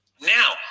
now